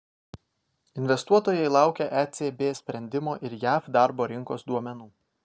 investuotojai laukia ecb sprendimo ir jav darbo rinkos duomenų